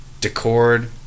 Decord